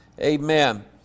amen